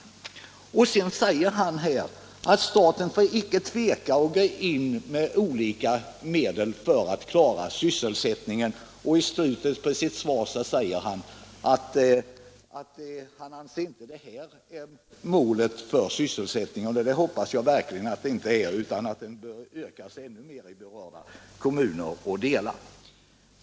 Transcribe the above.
Herr Åsling säger att staten får icke tveka att gå in med olika medel för att klara sysselsättningen, och i slutet av sitt svar uttalar herr Åsling att han inte betraktar de uppsatta målen som slutgiltiga mål för sysselsättningsutvecklingen. Och det hoppas jag verkligen att de inte är, utan sysselsättningen bör ökas ännu mer i berörda kommuner och landsdelar.